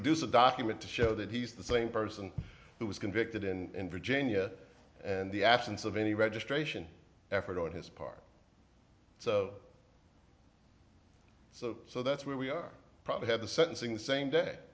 produce a document to show that he's the same person who was convicted and virginia and the absence of any registration effort on his part of so so that's where we are probably have the sentencing the same day